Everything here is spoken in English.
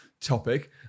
topic